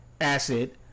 acid